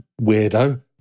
weirdo